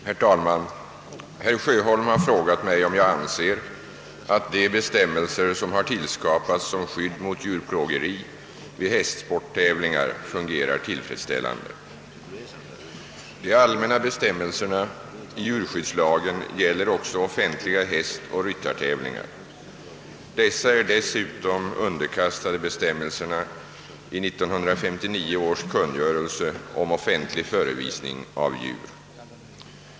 Herr talman! Herr Sjöholm har frågat mig, om jag anser att de bestämmelser som har tillskapats som skydd mot djurplågeri vid hästsporttävlingar fungerar tillfredsställande. De allmänna bestämmelserna i djurskyddslagen gäller också offentliga hästoch ryttartävlingar. Dessa är dessutom underkastade bestämmelserna i 1959 års kungörelse om offentlig förevisning av djur.